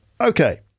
Okay